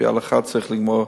לפי ההלכה, צריך לגמור